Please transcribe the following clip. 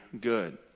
good